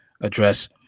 address